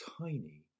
tiny